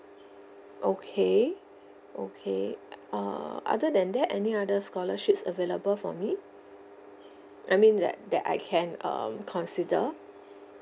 okay okay err other than that any other scholarships available for me I mean that that I can um consider